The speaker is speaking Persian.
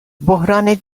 بحران